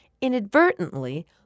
Inadvertently